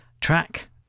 track